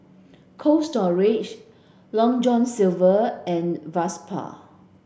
Cold Storage Long John Silver and Vespa